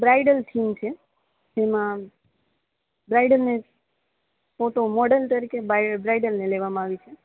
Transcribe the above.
બ્રાઈડર theme છે જેમાં બ્રાઈડરને ફોટો મોડલ તરીકે બ્રાઈડરને લેવામાં આવી છે